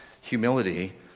humility